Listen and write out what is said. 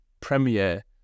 premiere